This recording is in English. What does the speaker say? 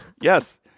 Yes